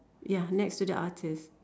ya next to the artist